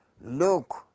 Look